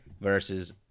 versus